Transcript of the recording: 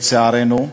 לצערנו.